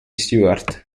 stuart